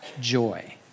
joy